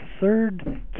third